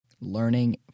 learning